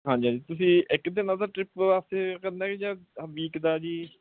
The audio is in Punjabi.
ਹਾਂਜੀ ਹਾਂਜੀ ਤੁਸੀਂ ਏ ਇੱਕ ਦਿਨ ਦਾ ਟਰਿਪ ਵਾਸਤੇ ਕਰਨਾ ਜਾਂ ਵੀਕ ਦਾ ਜੀ